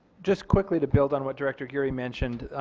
just quickly to build on what director geary mentioned.